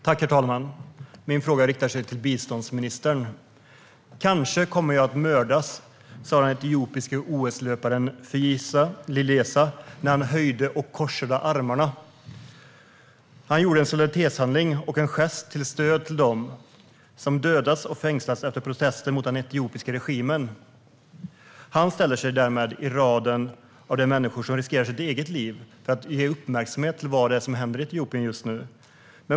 Herr talman! Min fråga är riktad till biståndsministern. "Kanske kommer jag att mördas", sa den etiopiske OS-löparen Feyisa Lilesa när han höjde och korsade armarna. Han gjorde det som en solidaritetshandling och en gest till stöd för dem som dödats eller fängslats efter protester mot den etiopiska regimen. Han ställde sig därmed i raden av människor som riskerar sitt eget liv för att uppmärksamma det som händer i Etiopien just nu.